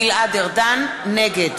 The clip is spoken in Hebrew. (קוראת בשמות חברי הכנסת) גלעד ארדן, נגד